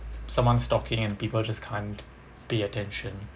someone's talking and people just can't pay attention